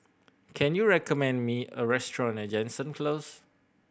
can you recommend me a restaurant near Jansen Close